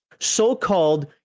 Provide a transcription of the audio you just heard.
so-called